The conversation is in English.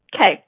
Okay